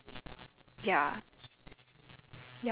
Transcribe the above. it's not eh to have all three is very uncommon eh